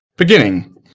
Beginning